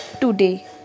today